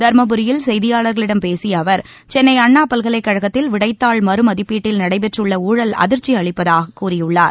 தருமபுரியில் செய்தியாளர்களிடம் பேசிய அவர் சென்னை அண்ணா பல்கலைக்கழகத்தில் விடைத்தாள் மறுமதிப்பீட்டில் நடைபெற்றுள்ள ஊழல் அதிர்ச்சி அளிப்பதாகக் கூறியுள்ளார்